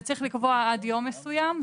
וצריך לקבוע עד יום מסוים,